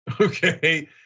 okay